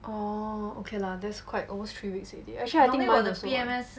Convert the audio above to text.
oh okay lah that's quite almost three weeks already actually I think mine also